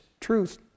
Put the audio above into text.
truth